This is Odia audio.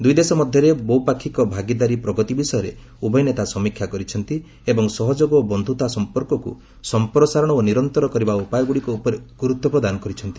ଦୁଇଦେଶ ମଧ୍ୟରେ ବହୁପାକ୍ଷୀକ ଭାଗିଦାରିତାର ପ୍ରଗତି ବିଷୟରେ ଉଭୟ ନେତା ସମୀକ୍ଷା କରିଛନ୍ତି ଏବଂ ସହଯୋଗ ଓ ବନ୍ଧୁତା ସଂପର୍କକୁ ସଂପ୍ରସାରଣ ଓ ନିରନ୍ତର କରିବା ଉପାୟଗୁଡ଼ିକ ଉପରେ ଗୁରୁତ୍ୱ ପ୍ରଦାନ କରିଛନ୍ତି